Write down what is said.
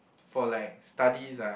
for like studies ah